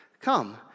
Come